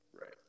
Right